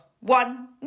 one